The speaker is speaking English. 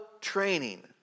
training